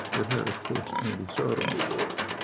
it had, of course, anti sodomy laws.